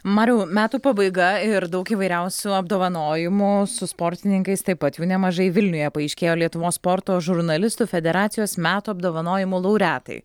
mariau metų pabaiga ir daug įvairiausių apdovanojimų su sportininkais taip pat jų nemažai vilniuje paaiškėjo lietuvos sporto žurnalistų federacijos metų apdovanojimų laureatai